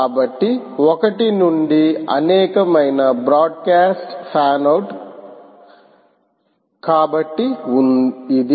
కాబట్టి ఒకటి నుండి అనేకం అయిన బ్రాడ్కాస్ట్ ఫ్యాన్ ఔట్ కబట్టి ఇధి